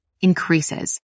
increases